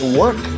work